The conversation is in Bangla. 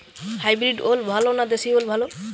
হাইব্রিড ওল ভালো না দেশী ওল ভাল?